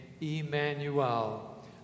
Emmanuel